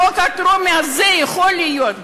החוק הטרומי הזה, יכול להיות,